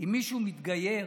אם מישהו מתגייר